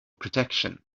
protection